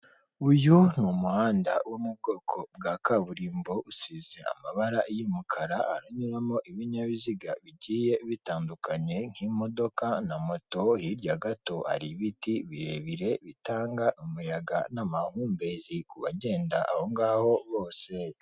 Uyu ni umuhanda wo mu bwoko bwa kaburimbo usize amabara y'umukara haranyuramo ibinyabiziga bigiye bitandukanye, nk'imodoka na moto, hirya gato hari ibiti birebire bitanga umuyaga n'amahumbezi ku bagenda aho ngaho bose.